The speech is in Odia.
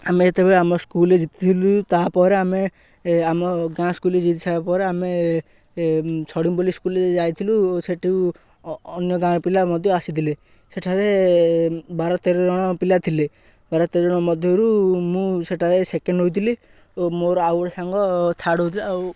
ଆମେ ଯେତେବେଳେ ଆମ ସ୍କୁଲ୍ରେ ଜିତିଥିଲୁ ତାପରେ ଆମେ ଆମ ଗାଁ ସ୍କୁଲ୍ରେ ଜତି ସାରିବା ପରେ ଆମେ ଛଡ଼ଙ୍ଗବଲି ସ୍କୁଲ୍ରେ ଯାଇଥିଲୁ ଓ ସେଠୁ ଅନ୍ୟ ଗାଁ ପିଲା ମଧ୍ୟ ଆସିଥିଲେ ସେଠାରେ ବାର ତେର ଜଣ ପିଲା ଥିଲେ ବାର ତେର ଜଣ ମଧ୍ୟରୁ ମୁଁ ସେଠାରେ ସେକେଣ୍ଡ ହୋଇଥିଲି ଓ ମୋର ଆଉ ଗୋଟେ ସାଙ୍ଗ ଥାର୍ଡ଼ ହୋଇଥିଲି ଆଉ